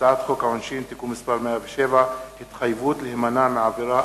הצעת חוק העונשין (תיקון מס' 107) (התחייבות להימנע מעבירה),